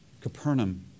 Capernaum